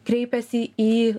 kreipiasi į